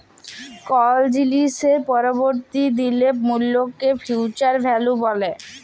call জিলিসের পরবর্তী দিলের মূল্যকে ফিউচার ভ্যালু ব্যলে